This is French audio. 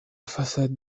façade